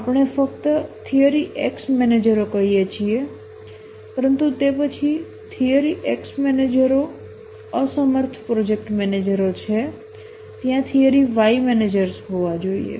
આપણે ફક્ત theory X મેનેજરો કહીએ છીએ પરંતુ તે પછી થિયરી X મેનેજરો અસમર્થ પ્રોજેક્ટ મેનેજરો છે ત્યાં થિયરી Y મેનેજર્સ હોવા જોઈએ